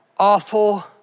awful